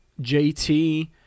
JT